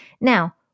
now